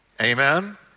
Amen